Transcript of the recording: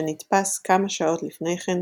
שנתפס כמה שעות לפני כן,